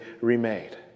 remade